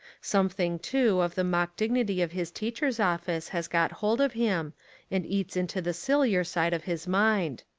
something, too, of the mock dignity of his teacher's office has got hold of him and eats into the sillier side of his mind.